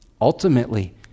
Ultimately